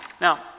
Now